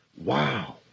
wow